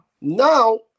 Now